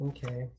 Okay